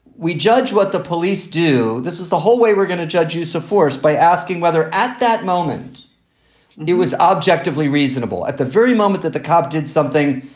we judge what the police do. this is the whole way we're gonna judge use of force by asking whether at that moment it was objectively reasonable at the very moment that the cop did something.